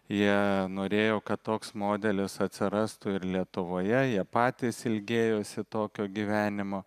jie norėjo kad toks modelis atsirastų ir lietuvoje jie patys ilgėjosi tokio gyvenimo